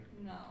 No